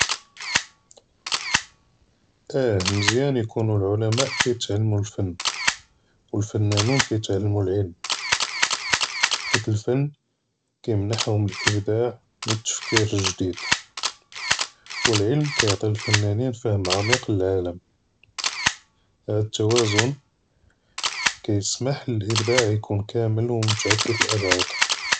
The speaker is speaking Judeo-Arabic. אה מְזְיָּאנִ יְקוּנוּ אֶלְעֱלַמָאא כּיִתְעַלְּמוּ אֶלְפַּן, וְאֶלְפַנָּנִין כּיִתְעַלְּמוּ אֶלְעֵלֶם, חֵית אֶלְפַּן כּיִמְנַח לְהוּם אֶלְאִבְדַاع וְאֶלְתַּفְקִיר אֶלְחֲדִיד, וְאֶלְעֵלֶם כּיַעְטִי לְאֶלְפַּנָּנִין פְּהֵם עַמִיק לֶעָלַם, הָאדּ אֶלְתַּוְזוּן כּיִסְמַח לְאֶלְאִבְדַاع יְקוּן כָּמֵל וּמֻתַעַדִּד אֶלְאַבְעָאד.